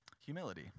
humility